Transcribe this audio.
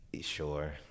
Sure